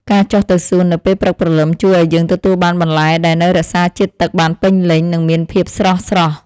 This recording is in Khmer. ការចុះទៅសួននៅពេលព្រឹកព្រលឹមជួយឱ្យយើងទទួលបានបន្លែដែលនៅរក្សាជាតិទឹកបានពេញលេញ និងមានភាពស្រស់ៗ។